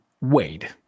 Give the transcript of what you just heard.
Wade